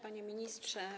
Panie Ministrze!